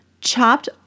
chopped